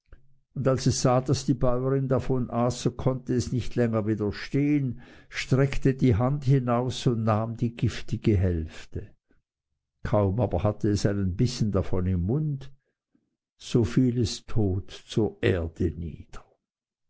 und als es sah daß die bäuerin davon aß so konnte es nicht länger widerstehen streckte die hand hinaus und nahm die giftige hälfte kaum aber hatte es einen bissen davon im mund so fiel es tot zur erde nieder